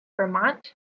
Vermont